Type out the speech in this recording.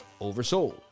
oversold